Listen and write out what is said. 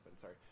sorry